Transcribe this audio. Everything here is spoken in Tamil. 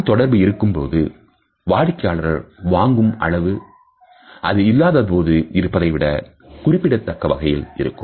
கண் தொடர்பு இருக்கும்பொழுது வாடிக்கையாளர்கள் வாங்கும் அளவு அது இல்லாதபோது இருப்பதைவிடகுறிப்பிடத்தக்க வகையில் இருக்கும்